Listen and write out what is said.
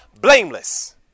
blameless